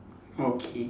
okay